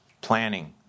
planning